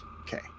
Okay